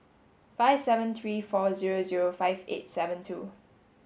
five seven three four zero zero five eight seven two